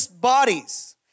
bodies